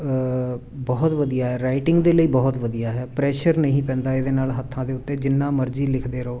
ਬਹੁਤ ਵਧੀਆ ਰਾਈਟਿੰਗ ਦੇ ਲਈ ਬਹੁਤ ਵਧੀਆ ਹੈ ਪ੍ਰੈਸ਼ਰ ਨਹੀਂ ਪੈਂਦਾ ਇਹਦੇ ਨਾਲ ਹੱਥਾਂ ਦੇ ਉੱਤੇ ਜਿੰਨਾ ਮਰਜ਼ੀ ਲਿਖਦੇ ਰਹੋ